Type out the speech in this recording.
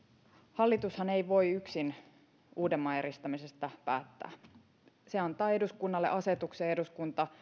hallitushan ei voi yksin päättää uudenmaan eristämisestä se antaa eduskunnalle asetuksen ja eduskunta